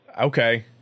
Okay